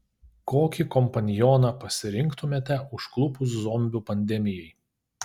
kokį kompanioną pasirinktumėte užklupus zombių pandemijai